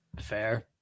Fair